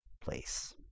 place